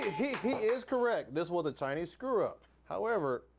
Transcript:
he he is correct. this was a chinese screw-up. however,